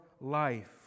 life